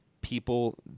people